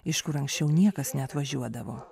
iš kur anksčiau niekas neatvažiuodavo